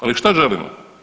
Ali šta želimo?